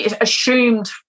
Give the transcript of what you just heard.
assumed